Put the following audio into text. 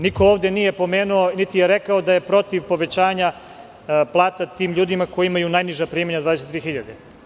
Niko ovde nije pomenuo, niti je rekao da je protiv povećanja plata tim ljudima koji imaju najniža primanja, 23 hiljade.